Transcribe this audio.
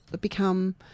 become